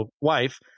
wife